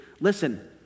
listen